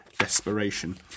desperation